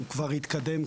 הוא כבר התקדם,